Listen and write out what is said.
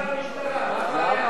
אז שייפנו ישר למשטרה, מה הבעיה?